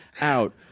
out